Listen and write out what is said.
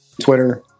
Twitter